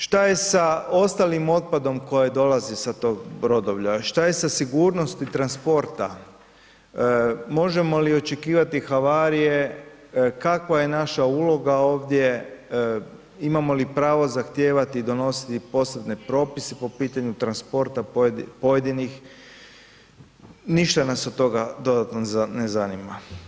Šta je sa ostalim otpadom koji dolazi sa tog brodovlja, šta je sa sigurnosti transporta, možemo li očekivati havarije, kakva je naša uloga ovdje, imamo li pravo zahtijevati i donositi posebne propise po pitanju transporta pojedinih, ništa nas od toga dodatno ne zanima.